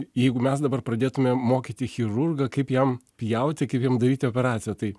jeigu mes dabar pradėtume mokyti chirurgą kaip jam pjauti kaip jam daryti operaciją tai